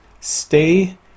Stay